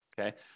okay